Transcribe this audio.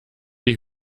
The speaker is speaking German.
die